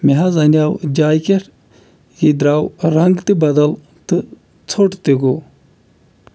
مےٚ حَظ اَنیو جاکیٹ یہِ درٛاو رنٛگ تہِ بدل تہٕ ژھوٚٹ تہِ گوٚو